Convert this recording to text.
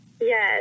Yes